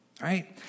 right